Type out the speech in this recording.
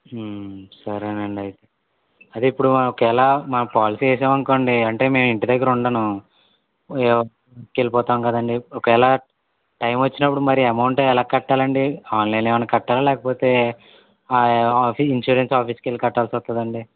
ఉ సరేనండి అయితే అదే ఇప్పుడు ఒకవేళ మా పాలసీ వేసామనుకోండి అంటే నేను ఇంటి దగ్గర ఉండను వర్కుకి వెళ్ళిపోతాను కదండి ఒకవేళ టైం వచ్చినప్పుడు మరి అమౌంట్ ఎలా కట్టాలండి ఆన్లైన్ ఏమైనా కట్టాలా లేకపోతే ఆ ఆ ఆఫీస్ ఇన్షురెన్స్ ఆఫీసుకి వెళ్ళి కట్టాల్సి వస్తుందా అండి